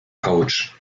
coach